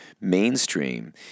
mainstream